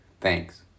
Thanks